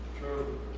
True